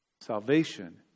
Salvation